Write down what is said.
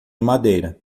madeira